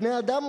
בני-אדם,